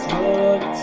look